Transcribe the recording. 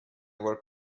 were